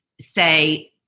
say